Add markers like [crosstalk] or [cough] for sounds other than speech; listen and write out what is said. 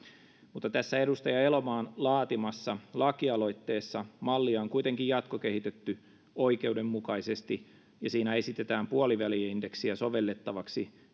tässä edustaja elomaan laatimassa lakialoitteessa mallia on kuitenkin jatkokehitetty oikeudenmukaisesti ja siinä esitetään puoliväli indeksiä sovellettavaksi [unintelligible]